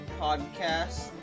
Podcast